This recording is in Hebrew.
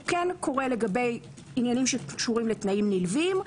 הוא כן קורה לגבי עניינים שקשורים לתנאים נלווים,